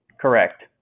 Correct